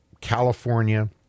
California